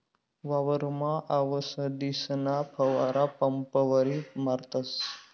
वावरमा आवसदीसना फवारा पंपवरी मारतस